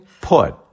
put